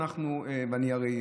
אני הרי,